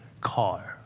car